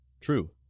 true